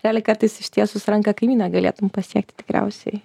gali kartais ištiesus ranką kaimyną galėtum pasiekt tikriausiai